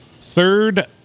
third